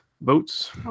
votes